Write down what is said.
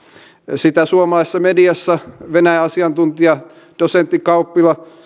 sitä suomalaisessa mediassa venäjä asiantuntija dosentti kauppala